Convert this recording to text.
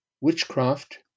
witchcraft